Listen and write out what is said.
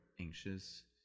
anxious